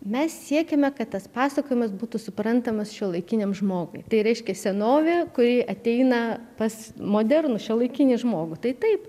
mes siekiame kad tas pasakojimas būtų suprantamas šiuolaikiniam žmogui tai reiškia senovė kuri ateina pas modernų šiuolaikinį žmogų tai taip